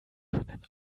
können